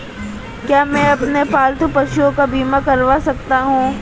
क्या मैं अपने पालतू पशुओं का बीमा करवा सकता हूं?